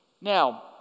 Now